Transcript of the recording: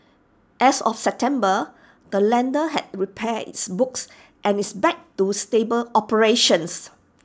as of September the lender had repaired its books and is back to stable operations